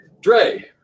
Dre